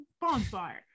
bonfire